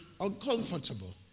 Uncomfortable